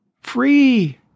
Free